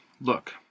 look